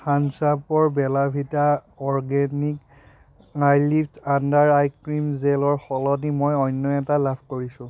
Thums আপৰ Bella Vita organic iLift under eye cream জেলৰ সলনি মই অন্য এটা লাভ কৰিছোঁ